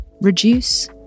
Reduce